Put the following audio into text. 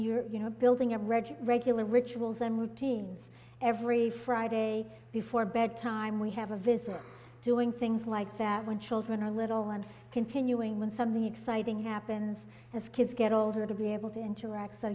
you're you know building your reggie regular rituals and routines every friday before bedtime we have a visit doing things like that when children are little and continuing when something exciting happens as kids get older to be able to interact so